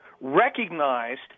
recognized